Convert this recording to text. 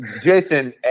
Jason